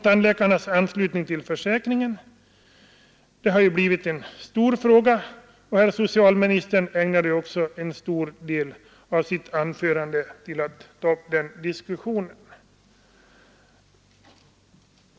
Tandläkarnas anslutning till försäkringen har blivit en stor fråga, och socialministern ägnade en stor del av sitt anförande åt just den saken.